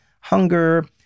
hunger